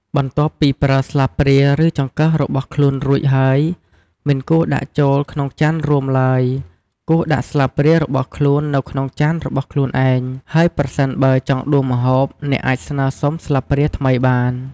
បន្ទាប់ពីប្រើស្លាបព្រាឬចង្កឹះរបស់ខ្លួនរួចហើយ មិនគួរដាក់ចូលក្នុងចានរួមឡើយ គួរដាក់ស្លាបព្រារបស់ខ្លួននៅក្នុងចានរបស់ខ្លួនឯង ហើយប្រសិនបើចង់ដួសម្ហូបអ្នកអាចស្នើសុំស្លាបព្រាថ្មីបាន។